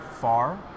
far